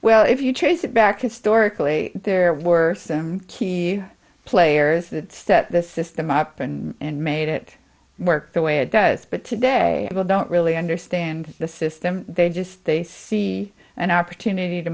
well if you trace it back historically there were some key players that set this system up and made it work the way it does but today about don't really understand the system they just they see an opportunity to